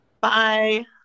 bye